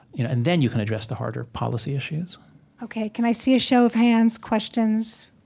you know and then you can address the harder policy issues ok. can i see a show of hands? questions?